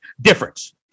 difference